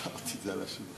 השארתי את זה על השולחן.